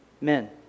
Men